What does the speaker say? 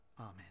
Amen